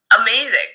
amazing